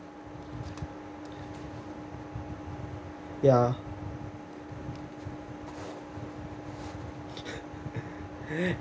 ya